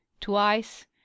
twice